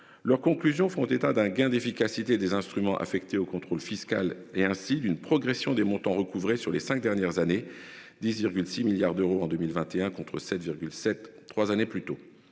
leurs conclusions font état d'un gain d'efficacité des instruments affectés au contrôle fiscal et ainsi d'une progression des montants recouvrés sur les 5 dernières années 10,6 milliards d'euros en 2021 contre 7 7, 3 années plutôt